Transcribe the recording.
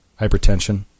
hypertension